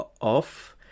off